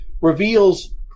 reveals